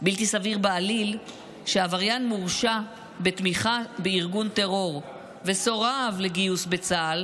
בלתי סביר בעליל שעבריין מורשע בתמיכה בארגון טרור וסורב לגיוס בצה"ל